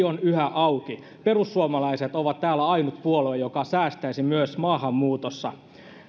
on yhä auki perussuomalaiset ovat täällä ainut puolue joka säästäisi myös maahanmuutossa